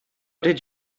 did